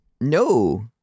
No